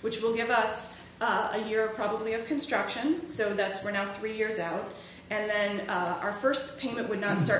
which will give us a year probably of construction so that's we're now three years out and our first payment would not s